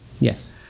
Yes